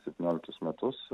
septynioliktus metus